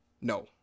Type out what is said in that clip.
no